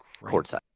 courtside